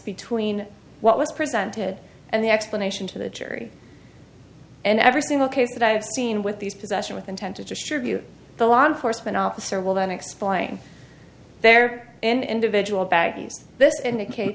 between what was presented and the explanation to the jury and every single case that i've seen with these possession with intent to distribute the law enforcement officer will then explain they're in individual